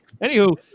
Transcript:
Anywho